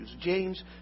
James